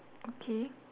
okay